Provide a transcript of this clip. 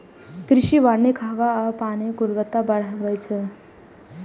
कृषि वानिक हवा आ पानिक गुणवत्ता बढ़बै छै